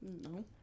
No